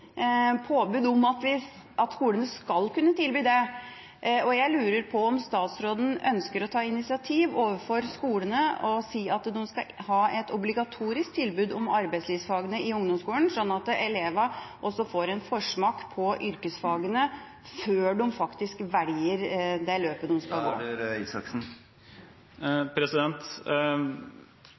påbud om at skolene skal kunne tilby det. Jeg lurer på om statsråden ønsker å ta initiativ overfor skolene og si at de skal ha et obligatorisk tilbud om arbeidslivsfaget i ungdomsskolen, sånn at elever også får en forsmak på yrkesfagene før de faktisk velger det løpet